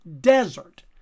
desert